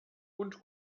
und